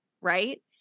right